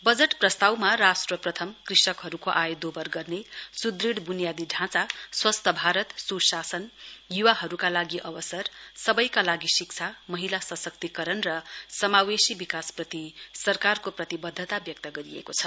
budget प्रस्तावमा राष्ट्र प्रथम कृषकहरूको आय दोबर गर्ने सूदृङ ब्रनियादी ढाँचा स्वस्थ भारत सुशासन युवाहरूका लागि अवसर सबैका लागि शिक्षा महिला सशक्तिकरण र समावेशी विकासप्रति सरकारको प्रतिबद्धता व्यक्त गरिएको छ